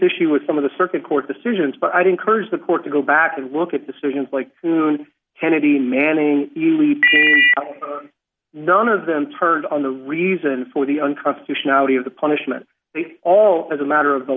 issue with some of the circuit court decisions but i'd encourage the court to go back and look at decisions like soon kennedy manning none of them turned on the reason for the unconstitutionality of the punishment they all as a matter of the